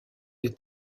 des